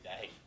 day